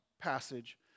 passage